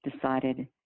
decided